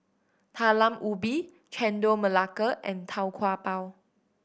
Talam Ubi Chendol Melaka and Tau Kwa Pau